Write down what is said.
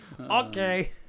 Okay